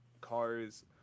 cars